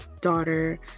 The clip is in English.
daughter